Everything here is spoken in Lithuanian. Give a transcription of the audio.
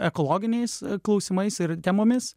ekologiniais klausimais ir temomis